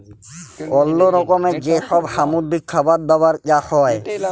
অল্লো রকমের যে সব সামুদ্রিক খাবার দাবার চাষ হ্যয়